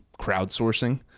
crowdsourcing